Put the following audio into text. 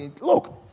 Look